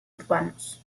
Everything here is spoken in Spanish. urbanos